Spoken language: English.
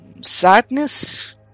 sadness